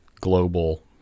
global